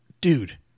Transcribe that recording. dude